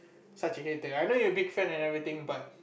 such a hater I know you're a big fan and everything but